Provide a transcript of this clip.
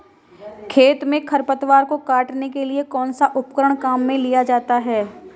खेत में खरपतवार को काटने के लिए कौनसा उपकरण काम में लिया जाता है?